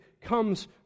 comes